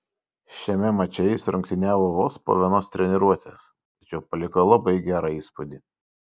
šiame mače jis rungtyniavo vos po vienos treniruotės tačiau paliko labai gerą įspūdį